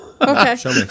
okay